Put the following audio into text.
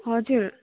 हजुर